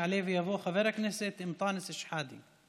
יעלה ויבוא חבר הכנסת אנטאנס שחאדה.